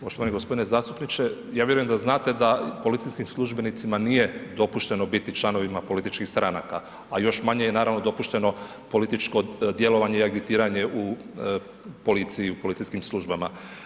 Poštovani g. zastupniče, ja vjerujem da znate da policijskim službenicima nije dopušteno biti članovima političkih stranaka, a još manje je naravno dopušteno političko djelovanje i agitiranje u policiji i policijskim službama.